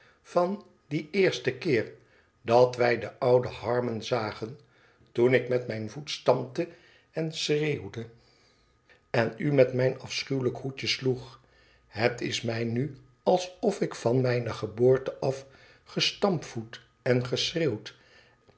van dien eersten keer dat wij den ouden harmon zagen toen ik met mijn voet stampte en schreeuwde en u met mijn afschuwelijk hoedje sloeg het is mij nu alsof ik van mijne geboorte af gestampvoet en geschreeuwd